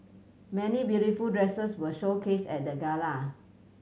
many beautiful dresses were showcased at the gala